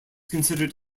considered